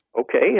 Okay